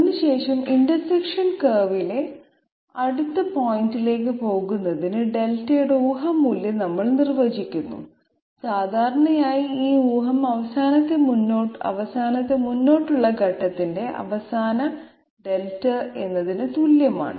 അതിനുശേഷം ഇന്റർസെക്ഷൻ കർവിലെ അടുത്ത പോയിന്റിലേക്ക് പോകുന്നതിന് δ യുടെ ഊഹ മൂല്യം നമ്മൾ നിർവചിക്കുന്നു സാധാരണയായി ഈ ഊഹം അവസാനത്തെ മുന്നോട്ടുള്ള ഘട്ടത്തിന്റെ അവസാന δ ന് തുല്യമാണ്